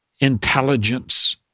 intelligence